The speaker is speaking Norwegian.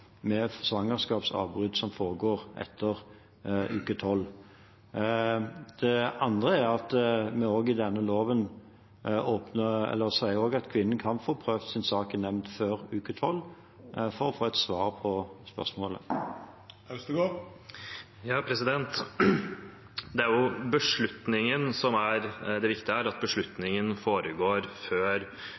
med svangerskapsbrudd som foregår etter uke tolv. Det andre er at vi også i denne loven sier at kvinnen kan få prøvd sin sak i nemnd før uke tolv, for å få et svar på spørsmålet. Det er beslutningen som er det viktige her, at beslutningen tas før